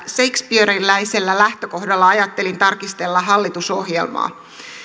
shakespeareläisellä lähtökohdalla ajattelin tarkistella hallitusohjelmaa